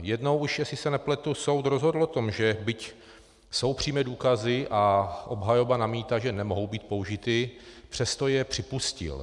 Jednou už, jestli se nepletu, soud rozhodl o tom, že byť jsou přímé důkazy a obhajoba namítá, že nemohou být použity, přesto je připustil.